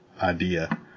idea